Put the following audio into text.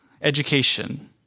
education